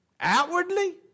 Outwardly